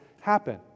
happen